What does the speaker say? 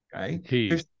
okay